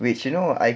which you know